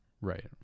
Right